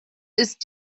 ist